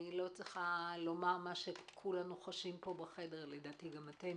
אני לא צריכה לומר את מה שכולנו חושבים פה בחדר לדעתי גם אתם